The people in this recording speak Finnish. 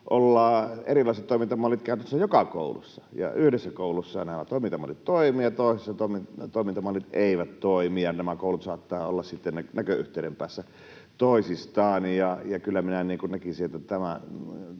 olla erilaiset toimintamallit käytössä joka koulussa, ja yhdessä koulussa nämä toimintamallit toimivat, ja toisessa toimintamallit eivät toimi, ja nämä koulut saattavat olla näköyhteyden päässä toisistaan.